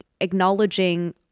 acknowledging